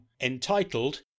entitled